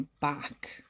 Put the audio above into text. back